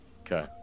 okay